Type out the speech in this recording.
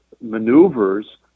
maneuvers